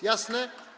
Jasne?